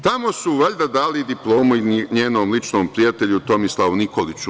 Tamo su valjda dali diplomu i njenom ličnom prijatelju Tomislavu Nikoliću.